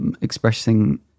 expressing